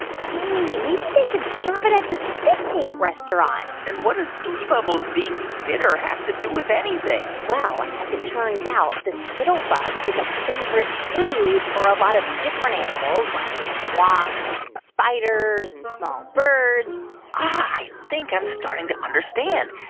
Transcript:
hey, maybe they can serve it at the spit take restaurant and what does pee bubbles being bitter have to do with anything? well, as it turns out, the spittlebug is a favorite food for a lot of different animals, like wasps and spiders and small birds i think i'm starting to understand